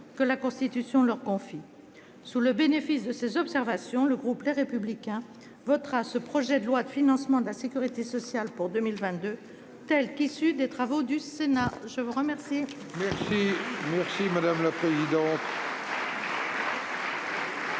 que la Constitution leur confie. Sous le bénéfice de ces observations, le groupe Les Républicains votera ce projet de loi de financement de la sécurité sociale pour 2022, tel qu'issu des travaux du Sénat. La parole est à Mme Raymonde